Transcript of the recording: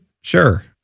Sure